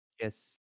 Yes